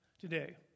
today